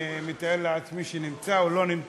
אני מתאר לעצמי שנמצא או לא נמצא,